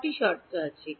কয়টি শর্ত আছে